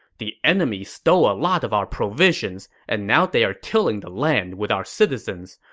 the enemy stole a lot of our provisions, and now they're tilling the land with our citizens.